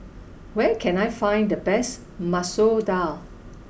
where can I find the best Masoor Dal